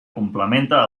complementa